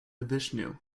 vishnu